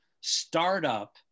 startup